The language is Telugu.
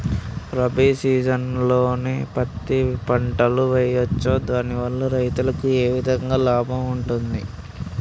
రబీ సీజన్లో పత్తి పంటలు వేయచ్చా దాని వల్ల రైతులకు ఏ విధంగా లాభం ఉంటది?